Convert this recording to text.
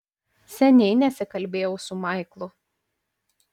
seniai nesikalbėjau su maiklu